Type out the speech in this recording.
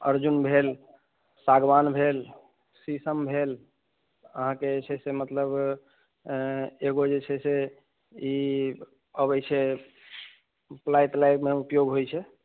अर्जुन भेल सागवान भेल शीशम भेल अहाँके जे छै से मतलब एगो जे छै से ई अबैत छै प्लाई तलाईमे उपयोग होइत छै